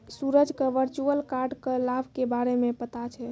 सूरज क virtual card क लाभ के बारे मे पता छै